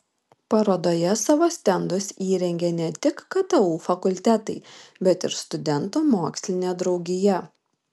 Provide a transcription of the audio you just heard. parodoje savo stendus įrengė ne tik ktu fakultetai bet ir studentų mokslinė draugija